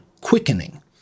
quickening